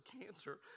cancer